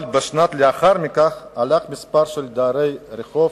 אבל בשנים שלאחר מכן עלה מספר דרי הרחוב